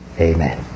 Amen